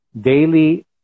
daily